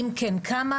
אם כן כמה,